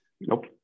Nope